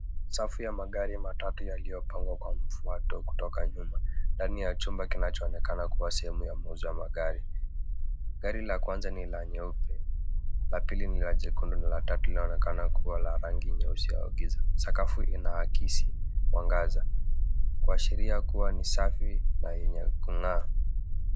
Safu ya magari matatu yaliyopangwa kwa mfuato kutoka nyuma ndani ya chumba kinachoonekana kuwa sehemu ya mauzo ya magari. Gari la kwanza ni la nyeupe, la pili ni la jekundu na la tatu linaonekana kuwa la rangi nyeusi au giza. Sakafu inaakisi mwangaza kuashiria kuwa ni safi na yenye kung'aa.